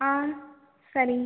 ஆ சரி